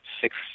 six